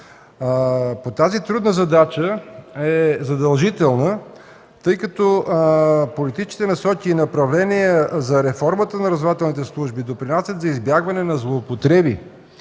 Тази трудна задача е задължителна, тъй като политическите насоки и направления за реформата на разузнавателните служби допринасят за избягване на злоупотреби,